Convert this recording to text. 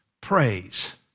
praise